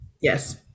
Yes